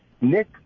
Nick